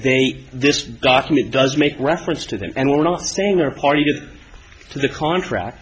they this document does make reference to that and we're not saying are party to the contract